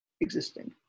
existing